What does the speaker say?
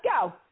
go